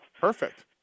Perfect